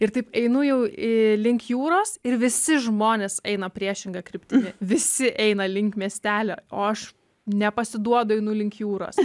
ir taip einu jau į link jūros ir visi žmonės eina priešinga kryptimi visi eina link miestelio o aš nepasiduodu einu link jūros